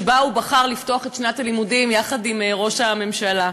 שבו הוא בחר לפתוח את שנת הלימודים יחד עם ראש הממשלה.